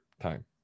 time